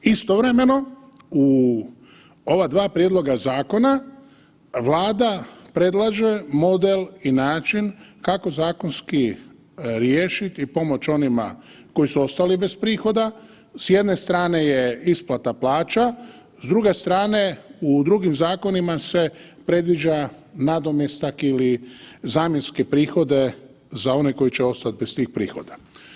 Istovremeno u ova dva prijedloga zakona Vlada predlaže model i način kako zakonski riješiti i pomoći onima koji su ostali bez prihoda s jedne strane je isplate plaće, s druge strane u drugim zakonima se predviđa nadomjestak ili zamjenske prihode za one koji će ostati bez tih prihoda.